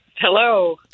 hello